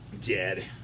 dead